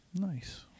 Nice